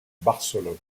barcelone